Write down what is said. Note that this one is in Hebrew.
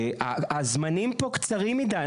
הזמנים פה קצרים מידי.